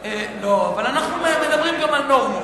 לא, אבל אנחנו מדברים גם על נורמות.